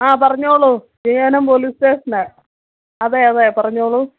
ആ പറഞ്ഞോളൂ ശ്രീകാര്യം പോലീസ് സ്റ്റേഷനാണ് അതെയതെ പറഞ്ഞോളൂ